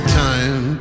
time